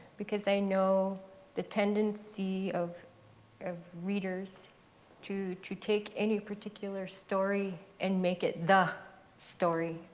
because i know the tendency of readers to to take any particular story and make it the story.